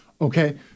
Okay